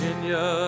Virginia